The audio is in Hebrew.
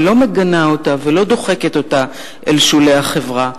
ולא מגנה אותה ולא דוחקת אותה אל שולי החברה.